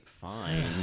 fine